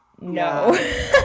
No